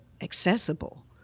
accessible